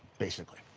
basically.